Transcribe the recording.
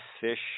fish